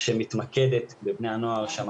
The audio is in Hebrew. הן מתווספות לכול הנושא של עישון סמים,